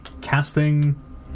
casting